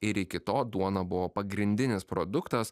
ir iki to duona buvo pagrindinis produktas